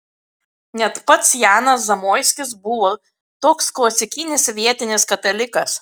net pats janas zamoiskis buvo toks klasikinis vietinis katalikas